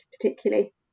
particularly